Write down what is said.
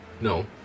No